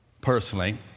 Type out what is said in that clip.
personally